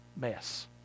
mess